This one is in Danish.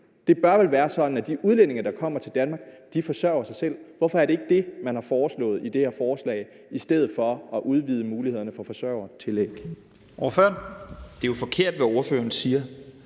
Det bør vel være sådan, at de udlændinge, der kommer til Danmark, forsørger sig selv? Hvorfor er det ikke det, man har foreslået i det her forslag i stedet for at udvide mulighederne for forsørgertillæg? Kl. 10:09 Første næstformand (Leif Lahn